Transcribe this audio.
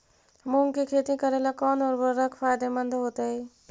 मुंग के खेती करेला कौन उर्वरक फायदेमंद होतइ?